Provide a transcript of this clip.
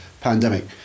pandemic